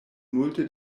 multe